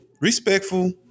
respectful